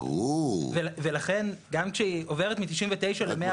ולכן כשהיא עוברת מ-99 ל-101 --- ברור,